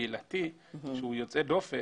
לכן גם המחשבה על בית משפט קהילתי שהוא יוצא דופן,